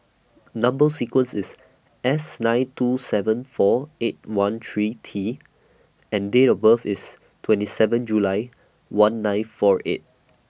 Number sequence IS S nine two seven four eight one three T and Date of birth IS twenty seven July one nine four eight